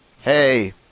hey